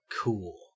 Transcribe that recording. Cool